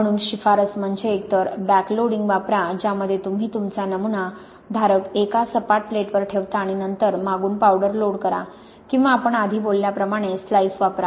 म्हणून शिफारस म्हणजे एकतर बॅकलोडिंग वापरा ज्यामध्ये तुम्ही तुमचा नमुना धारक एका सपाट प्लेटवर ठेवता आणि नंतर मागून पावडर लोड करा किंवा आपण आधी बोलल्याप्रमाणे स्लाइस वापरा